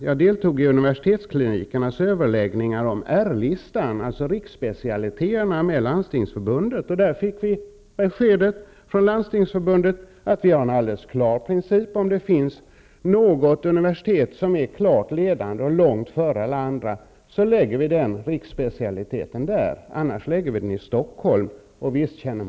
Jag deltog i universitetsklinikernas överläggningar angående R-listan -- riksspecialiteterna med Landstingsförbundet -- och då fick vi beskedet från Landstingsförbundet att principen är alldeles klar: finns det något universitet som är klart ledande och långt före alla andra så skall ifrågavarande riksspecialitet förläggas dit. Om detta inte är fallet skall den förläggas till Stockholm.